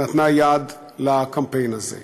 נתנה יד לקמפיין הזה.